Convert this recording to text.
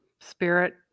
spirit